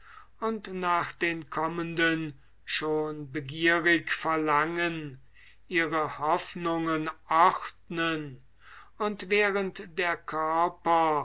und nach den kommenden schon begierig verlangen ihre hoffnungen ordnen und während der körper